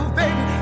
baby